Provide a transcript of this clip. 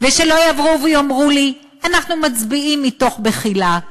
ושלא יבואו ויאמרו לי: אנחנו מצביעים מתוך בחילה.